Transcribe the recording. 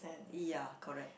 ya correct